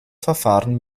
verfahren